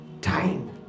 time